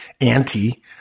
anti